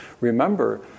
remember